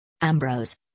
Ambrose